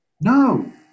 no